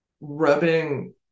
rubbing